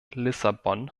lissabon